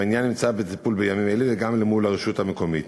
והעניין נמצא בטיפול בימים אלה גם מול הרשות המקומית,